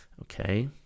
Okay